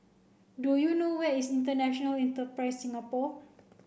do you know where is International Enterprise Singapore